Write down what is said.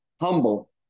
humble